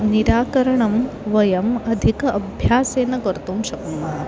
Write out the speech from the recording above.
निराकरणं वयम् अधिकेन अभ्यासेन कर्तुं शक्नुमः